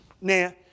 Now